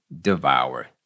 devour